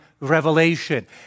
revelation